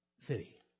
city